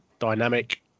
Dynamic